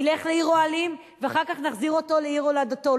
ילך לעיר אוהלים ואחר כך נחזיר אותו לעיר הולדתו.